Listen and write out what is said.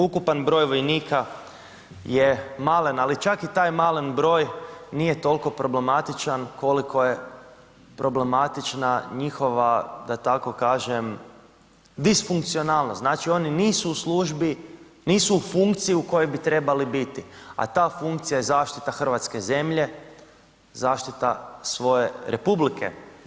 Ukupan broj vojnika je malen ali čak i taj malen broj nije toliko problematičan koliko je problematična njihova da tako kažem, disfunkcionalnost, znači oni nisu u službi, nisu u funkciji u kojoj bi trebali biti a ta funkcija je zaštita hrvatske zemlje, zaštita svoje republike.